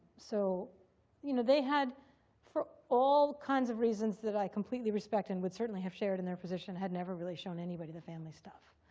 so you know they, for all kinds of reasons that i completely respect and would certainly have shared in their position, had never really shown anybody the family stuff.